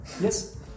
Yes